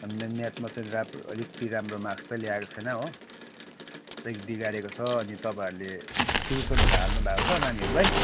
म्याथमा चाहिँ अलिकति राम्रो मार्क्स चाहिँ ल्याएको छैन हो अलिक बिगारेको छ अनि तपाईँहरूले ट्युसनहरू हाल्नु भएको छ नानीहहरूलाई